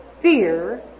fear